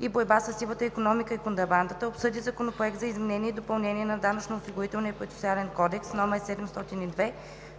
и борба със сивата икономика и контрабандата обсъди Законопроект за изменение и допълнение на Данъчно-осигурителния процесуален кодекс, №